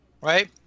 Right